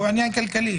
הוא עניין כלכלי.